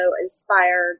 inspired